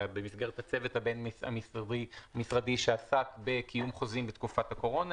במסגרת הצוות הבין-משרדי שעסק בקיום חוזים בתקופת הקורונה,